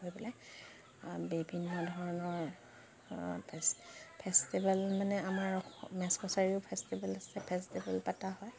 পেলাই বিভিন্ন ধৰণৰ ফেষ্টিভেল মানে আমাৰ মেচ কছাৰীৰো ফেষ্টিভেল আছে ফেষ্টিভেল পতা হয়